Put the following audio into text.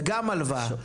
וגם הלוואה?